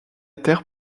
terre